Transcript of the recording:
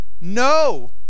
No